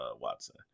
Watson